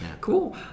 Cool